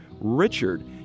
Richard